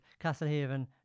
Castlehaven